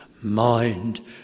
mind